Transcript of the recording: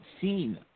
seen